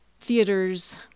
theaters